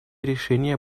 решение